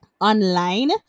online